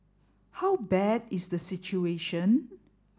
how bad is the situation